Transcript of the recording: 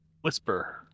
Whisper